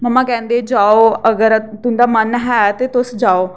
मम्मा आखदे जाओ अगर तुं'दा मन ऐ ते तुस जाओ